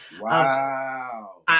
Wow